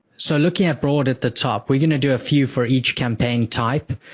so, looking at broad at the top, we're going to do a few for each campaign type.